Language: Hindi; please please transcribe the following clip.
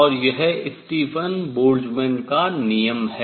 और यह स्टीफन बोल्ट्जमैन का नियम है